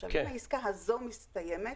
עכשיו, אם העסקה הזו המסתיימת,